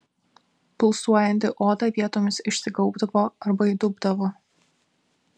pulsuojanti oda vietomis išsigaubdavo arba įdubdavo